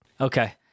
Okay